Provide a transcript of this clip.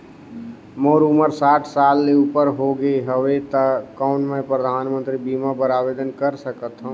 मोर उमर साठ साल ले उपर हो गे हवय त कौन मैं परधानमंतरी बीमा बर आवेदन कर सकथव?